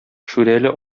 шүрәле